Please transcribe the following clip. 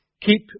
Keep